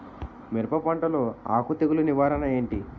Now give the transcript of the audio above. మిరప పంటలో ఆకు తెగులు నివారణ ఏంటి?